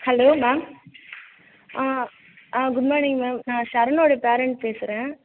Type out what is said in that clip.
hello ma'am ah ah good morning ma'am நான் சரணுடய parent பேசுகிறேன்